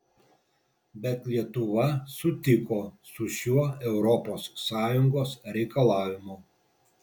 bet lietuva sutiko su šiuo europos sąjungos reikalavimu